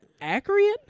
accurate